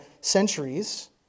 centuries